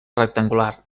rectangular